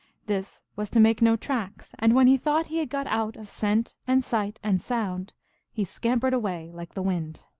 this was to make no tracks, and when he thought he had got out of scent and sight and sound he scampered away like the wind.